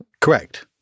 Correct